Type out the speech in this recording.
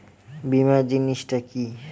বীমা জিনিস টা কি?